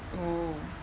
oh